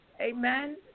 Amen